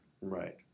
right